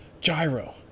gyro